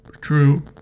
True